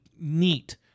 neat